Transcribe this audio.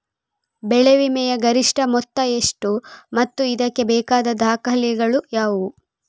ಬೆಳೆ ವಿಮೆಯ ಗರಿಷ್ಠ ಮೊತ್ತ ಎಷ್ಟು ಮತ್ತು ಇದಕ್ಕೆ ಬೇಕಾದ ದಾಖಲೆಗಳು ಯಾವುವು?